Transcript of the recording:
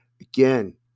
Again